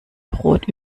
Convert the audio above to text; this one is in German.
brot